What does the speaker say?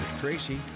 Tracy